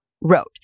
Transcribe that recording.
wrote